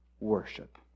worship